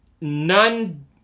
none